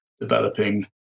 developing